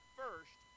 first